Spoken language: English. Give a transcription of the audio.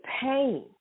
pain